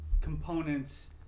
components